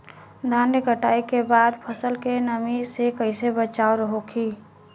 धान के कटाई के बाद फसल के नमी से कइसे बचाव होखि?